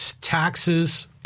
taxes